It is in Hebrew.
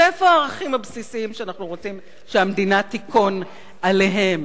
ואיפה הערכים הבסיסיים שאנחנו רוצים שהמדינה תיכון עליהם?